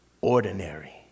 ordinary